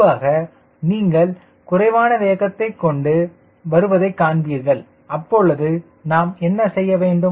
பொதுவாக நீங்கள் குறைவான வேகத்தைக் கொண்டு வருவதை காண்பீர்கள் அப்பொழுது நாம் என்ன செய்ய வேண்டும்